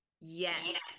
Yes